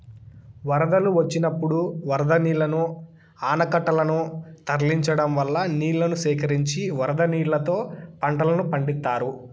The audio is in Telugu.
వరదలు వచ్చినప్పుడు వరద నీళ్ళను ఆనకట్టలనకు తరలించడం వల్ల నీళ్ళను సేకరించి వరద నీళ్ళతో పంటలను పండిత్తారు